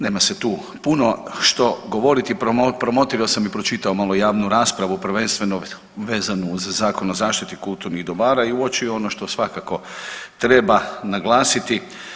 Nema se tu puno što govoriti, promotrio sam i pročitao malo javnu raspravu prvenstveno vezanu uz Zakon o zaštiti kulturnih dobara i uočio ono što svakako treba naglasiti.